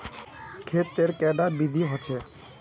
खेत तेर कैडा विधि होचे?